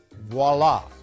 Voila